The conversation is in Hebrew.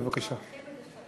בבקשה.